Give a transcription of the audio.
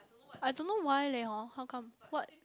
I don't know why leh hor how come what